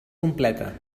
completa